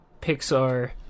Pixar